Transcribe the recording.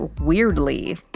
weirdly